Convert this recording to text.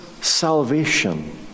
salvation